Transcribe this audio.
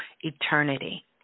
eternity